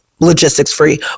logistics-free